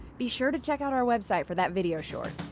be sure to check out our website for that video short,